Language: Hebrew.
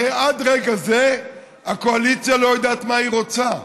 הרי עד רגע זה הקואליציה לא יודעת מה היא רוצה.